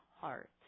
heart